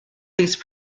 these